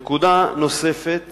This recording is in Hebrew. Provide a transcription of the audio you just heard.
נקודה נוספת